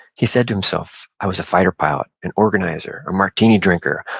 he said to himself, i was a fighter pilot, an organizer, a martini drinker,